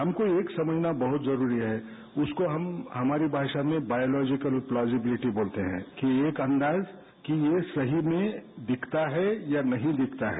हम को यह समझाना बहत ही जरूरी है उसको हम हमारी भाषा में बायोलॉजिकल प्लोजीबलिटी बोलते है कि एक अंदाज कि यह सही में दिखता है या नहीं दिखता है